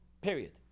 Period